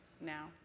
now